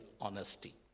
honesty